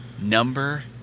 Number